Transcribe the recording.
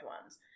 ones